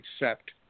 accept